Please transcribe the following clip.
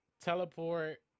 teleport